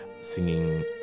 singing